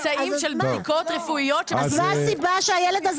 יש ממצאים של בדיקות רפואיות ש --- מה הסיבה שהילד הזה